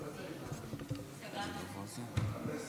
בבקשה.